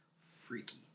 freaky